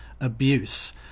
abuse